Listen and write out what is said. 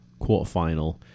quarterfinal